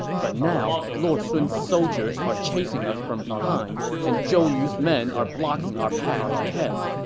but now, lord sun's soldiers are chasing us from behind, and zhou yu's men are blocking our path ahead.